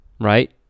right